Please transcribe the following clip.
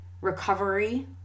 recovery